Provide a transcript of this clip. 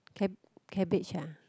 cab~ cabbage uh